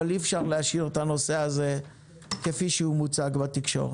אבל אי אפשר להשאיר את הנושא הזה כפי שהוא מוצג בתקשורת.